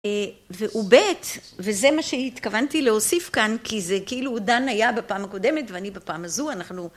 ועובד וזה מה שהתכוונתי להוסיף כאן כי זה כאילו דן היה בפעם הקודמת ואני בפעם הזו אנחנו